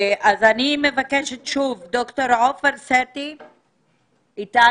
מבקשת שוב: ד"ר עופר סטי איתנו?